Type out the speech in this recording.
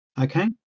Okay